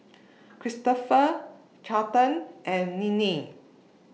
Cristofer Carleton and Ninnie